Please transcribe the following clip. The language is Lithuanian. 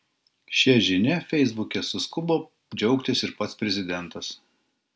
šia žinia feisbuke suskubo džiaugtis ir pats prezidentas